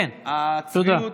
כן, תודה.